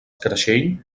creixell